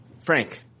Frank